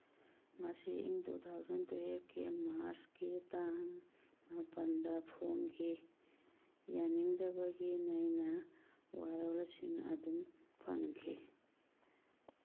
ꯃꯁꯤ ꯏꯪ two thousand ꯇꯨꯋꯦꯜꯞꯀꯤ ꯃꯥꯔꯁꯀꯤ ꯇꯥꯡ ꯃꯥꯄꯟꯗ ꯐꯣꯡꯈꯤ ꯌꯥꯅꯤꯡꯗꯕꯒꯤ ꯅꯩꯅ ꯋꯥꯔꯣꯜꯁꯤꯡ ꯑꯗꯨꯝ ꯐꯪꯈꯤ